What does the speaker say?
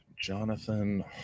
Jonathan